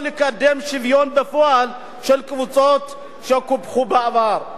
לקדם שוויון בפועל של קבוצות שקופחו בעבר.